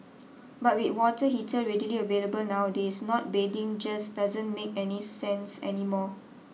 but with water heater readily available nowadays not bathing just doesn't make any sense anymore